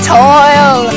toil